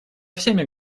всеми